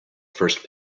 first